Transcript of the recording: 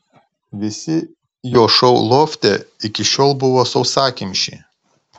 visi jo šou lofte iki šiol buvo sausakimši